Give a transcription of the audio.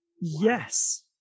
Yes